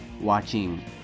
watching